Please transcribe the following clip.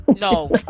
no